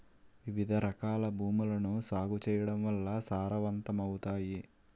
వివిధరకాల భూములను సాగు చేయడం వల్ల సారవంతమవుతాయి